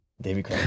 David